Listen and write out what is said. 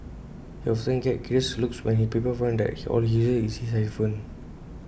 he often gets curious looks when people find out that all he uses is his iPhone